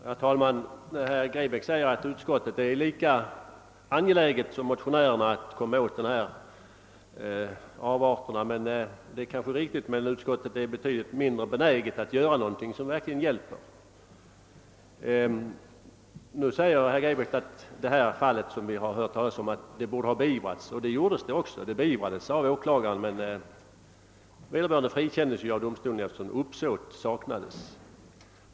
Herr talman! Herr Grebäck säger att utskottet är lika angeläget som motionärerna om att komma åt de avarter som existerar. Det är kanske riktigt, men utskottet är betydligt mindre benäget att göra något som verkligen ger effekt. Nu säger herr Grebäck att det fall som vi hört talas om hade bort beivras, och så skedde ju också. Det beivrades av åklagaren, men den åtalade frikändes av domstolen eftersom uppsåt saknades.